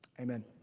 amen